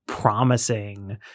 promising